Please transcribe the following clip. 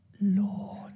Lord